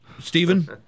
Stephen